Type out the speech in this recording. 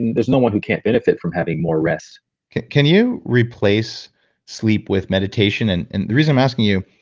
there's no one who can't benefit from having more rest can you replace sleep with meditation? and and the reason i'm asking you,